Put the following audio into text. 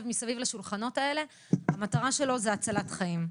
מסביב לשולחנות האלה זה הצלת חיים.